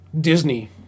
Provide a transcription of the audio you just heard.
disney